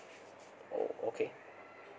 oh okay